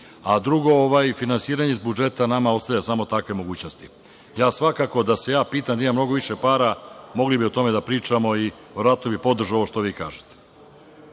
time. Drugo, finansiranje iz budžeta nama ostavlja samo takve mogućnosti. Svakako, da se ja pitam, da ima mnogo više para mogli bi o tome da pričamo i verovatno bih podržao ovo što vi kažete.